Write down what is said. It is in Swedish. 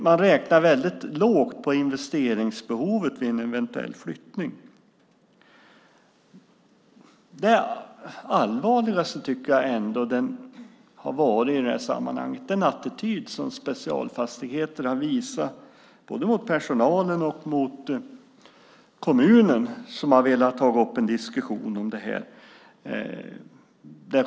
Man räknar lågt på investeringsbehovet vid en eventuell flytt. Det allvarligaste i sammanhanget har varit den attityd som Specialfastigheter har visat mot personalen och kommunen, som har velat ta upp en diskussion om frågan.